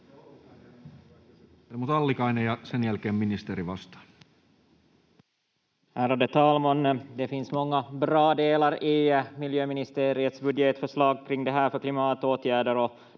Ollikainen, ja sen jälkeen ministeri vastaa.